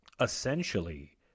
essentially